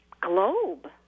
globe